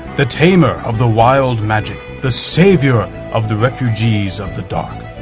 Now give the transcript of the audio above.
the tamer of the wild magic, the savior of the refugees of the dark.